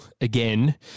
again